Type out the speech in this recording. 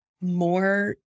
more